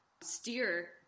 steer